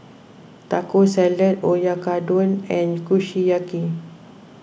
Taco Salad Oyakodon and Kushiyaki